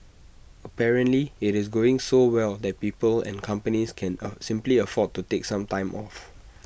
apparently IT is going so well that people and companies can are simply afford to take some time off